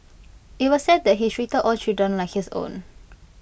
IT was said that he treated all children like his own